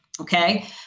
Okay